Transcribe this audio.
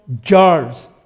jars